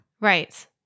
Right